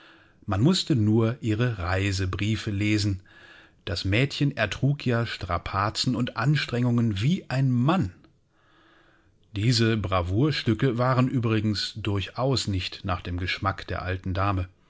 man mußte nur ihre reisebriefe lesen das mädchen ertrug ja strapazen und anstrengungen wie ein mann diese bravourstücke waren übrigens durch aus nicht nach dem geschmack der alten dame